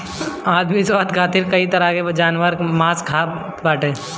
आदमी स्वाद खातिर कई तरह के जानवर कअ मांस खात बाटे